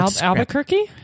Albuquerque